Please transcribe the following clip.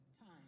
time